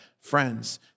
Friends